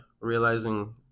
Realizing